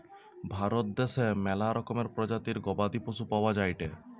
ভারত দ্যাশে ম্যালা রকমের প্রজাতির গবাদি পশু পাওয়া যায়টে